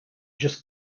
just